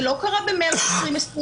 זה לא קרה במרץ 2020,